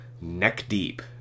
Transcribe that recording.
neck-deep